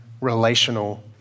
relational